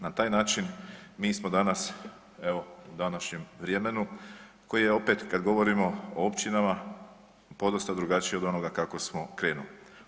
Na taj način mi smo danas evo u današnjem vremenu koje je opet kada govorimo o općinama podosta drugačije od onoga kako smo krenuli.